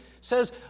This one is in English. says